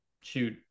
shoot